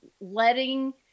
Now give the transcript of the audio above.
letting